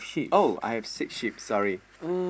oh I have six sheep sorry